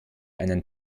einen